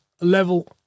level